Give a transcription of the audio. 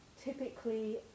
typically